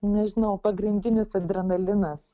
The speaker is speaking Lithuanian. nežinau pagrindinis adrenalinas